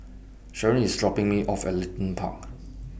Sheron IS dropping Me off At Leedon Park